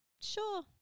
Sure